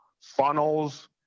funnels